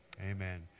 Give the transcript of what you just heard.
amen